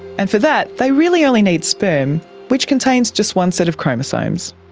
and for that they really only need sperm which contains just one set of chromosomes.